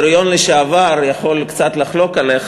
היסטוריון לשעבר, אני יכול קצת לחלוק עליך.